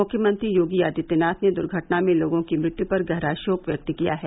मुख्यमंत्री योगी आदित्यनाथ ने द्र्घटना में लोगों की मृत्यु पर गहरा शोक व्यक्त किया है